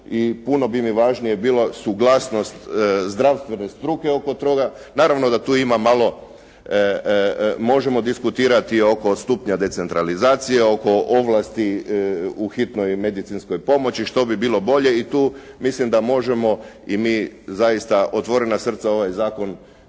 puno bi mi važnije bila suglasnost zdravstvene struke oko toga. Naravno da tu ima malo, možemo diskutirati oko stupnja decentralizacije, oko ovlasti u hitnoj medicinskoj pomoći i što bi bilo bolje i tu mislim da možemo i mi zaista otvorena srca ovaj zakon